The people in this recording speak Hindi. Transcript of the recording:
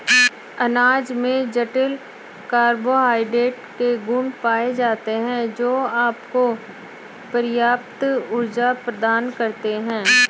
अनाज में जटिल कार्बोहाइड्रेट के गुण पाए जाते हैं, जो आपको पर्याप्त ऊर्जा प्रदान करते हैं